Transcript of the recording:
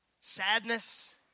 sadness